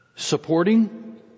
supporting